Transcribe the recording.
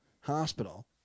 Hospital